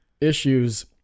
issues